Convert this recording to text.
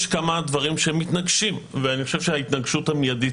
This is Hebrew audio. יש כמה דברים שמתנגשים ואני חושב שההתנגשות המיידית